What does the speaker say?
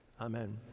amen